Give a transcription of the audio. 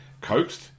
coaxed